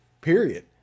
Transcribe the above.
period